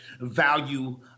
value